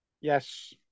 Yes